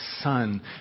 son